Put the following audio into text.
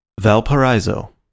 Valparaiso